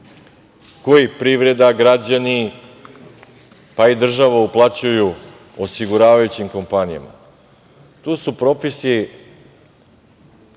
koji privreda, građani, pa, i država uplaćuju osiguravajućim kompanijama. Tu su propisi